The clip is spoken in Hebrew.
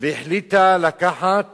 והחליטה לקחת